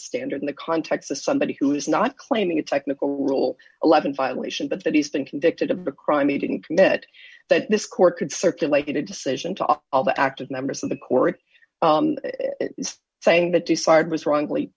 standard in the context of somebody who is not claiming a technical rule eleven violation but that he's been convicted of a crime he didn't commit that this court could circulated a decision to all the active members of the court saying that decide was wrongly